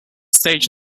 stage